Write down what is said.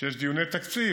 כשיש דיוני תקציב,